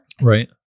right